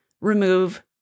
remove